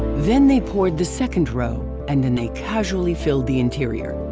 then they poured the second row and then they casually filled the interior.